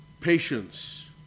patience